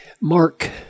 Mark